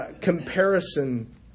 comparison